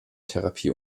therapie